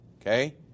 Okay